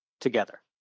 together